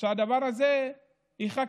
שהדבר הזה ייחקר.